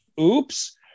Oops